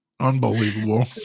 Unbelievable